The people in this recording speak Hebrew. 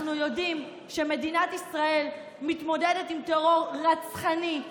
אנחנו יודעים שמדינת ישראל מתמודדת עם טרור רצחני,